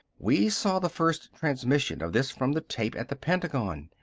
we saw the first transmission of this from the tape at the pentagon.